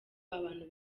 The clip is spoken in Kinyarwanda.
abantu